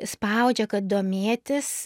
spaudžia kad domėtis